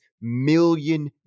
million